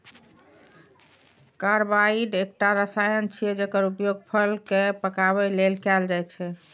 carbide एकटा रसायन छियै, जेकर उपयोग फल कें पकाबै लेल कैल जाइ छै